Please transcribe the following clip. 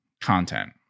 content